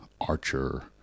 archer